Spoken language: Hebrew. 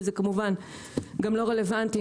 וזה כמובן גם לא היה רלוונטי.